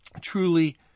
truly